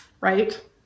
Right